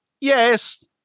yes